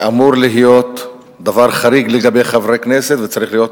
שאמור להיות דבר חריג לגבי חברי כנסת, וצריך להיות